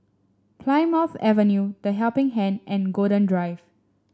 Plymouth Avenue The Helping Hand and Golden Drive